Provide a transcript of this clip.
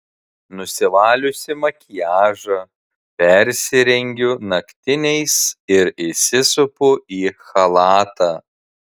nusivaliusi makiažą persirengiu naktiniais ir įsisupu į chalatą